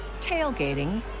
tailgating